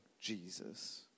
Jesus